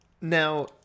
Now